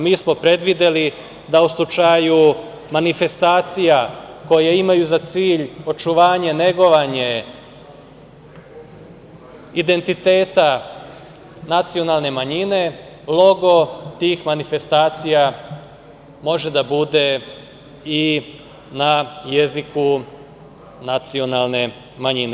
Mi smo predvideli da u slučaju manifestacija koje imaju za cilj očuvanje, negovanje identiteta nacionalne manjine, logo tih manifestacija može da bude i na jeziku nacionalne manjine.